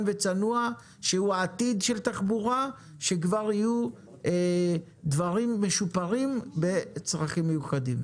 וצנוע שהוא העתיד של התחבורה שכבר יהיו דברים משופרים בצרכים מיוחדים,